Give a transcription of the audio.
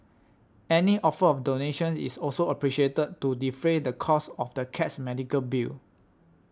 any offer of donations is also appreciated to defray the costs of the cat's medical bill